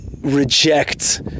reject